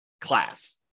class